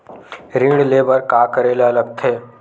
ऋण ले बर का करे ला लगथे?